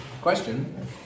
Question